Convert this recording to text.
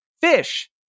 Fish